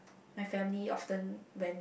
my family often went